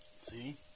See